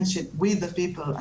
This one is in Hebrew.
with the people,